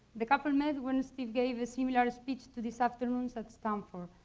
the couple met when steve gave a similar speech to this afternoon's at stanford,